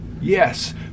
Yes